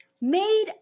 Made